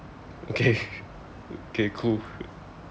okay okay cool